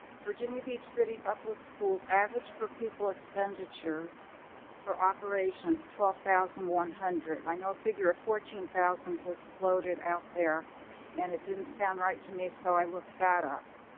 virginia beach city public schools average per pupil expenditure for operations twelve thousand one hundred. i know a figure of fourteen thousand was floated out there and it didn't sound right to me so i looked that up.